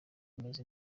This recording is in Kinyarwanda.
imeze